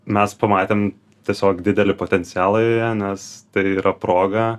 mes pamatėm tiesiog didelį potencialą joje nes tai yra proga